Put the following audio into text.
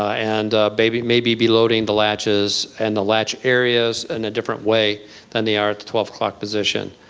and maybe maybe be loading the latches and the latch areas in a different way than they are at the twelve o'clock position.